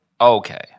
okay